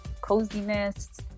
coziness